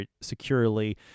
securely